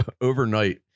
overnight